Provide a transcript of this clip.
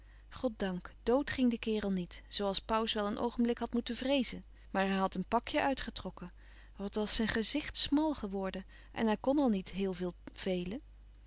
goddank dood ging de kerel niet zoo als pauws wel een oogenblik had moeten vreezen maar hij had een pakje uitgetrokken wat was zijn gezicht smal geworden en hij kon al niet heel veel velen